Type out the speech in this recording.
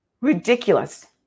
ridiculous